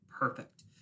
Perfect